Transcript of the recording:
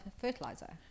fertilizer